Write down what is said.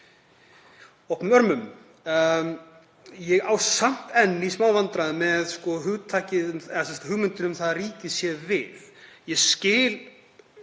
opnum örmum. Ég á samt enn í smá vandræðum með hugmyndina um að ríkið sé „við“. Ég skil